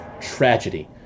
tragedy